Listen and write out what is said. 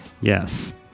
Yes